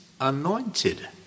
anointed